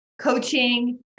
coaching